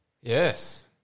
Yes